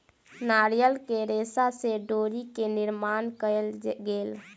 नारियल के रेशा से डोरी के निर्माण कयल गेल